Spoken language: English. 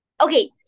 okay